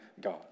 God